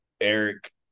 Eric